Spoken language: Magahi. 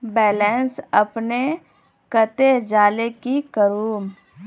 बैलेंस अपने कते जाले की करूम?